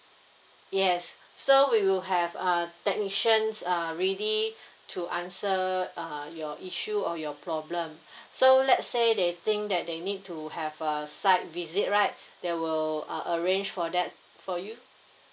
yes so we will have uh technicians uh ready to answer uh your issue or your problem so let's say they think that they need to have a site visit right they will uh arrange for that for you